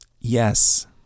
yes